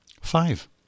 Five